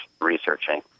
researching